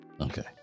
Okay